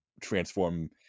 transform